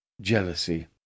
Jealousy